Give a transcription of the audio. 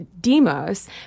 Demos